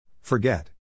Forget